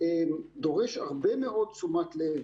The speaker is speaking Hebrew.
דורש הרבה מאוד תשומת לב,